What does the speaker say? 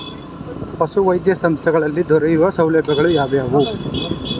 ಪಶುವೈದ್ಯ ಸಂಸ್ಥೆಗಳಲ್ಲಿ ದೊರೆಯುವ ಸೌಲಭ್ಯಗಳು ಯಾವುವು?